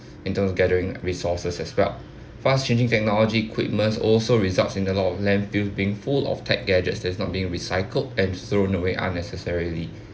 and those gathering resources as well fast changing technology equipment also results in a lot of landfills being full of tech gadgets there's not being recycled and thrown away unnecessarily